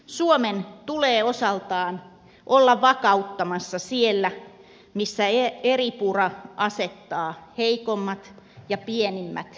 suomen tulee osaltaan olla vakauttamassa siellä missä eripura asettaa heikoimmat ja pienimmät jatkuvalle vaaralle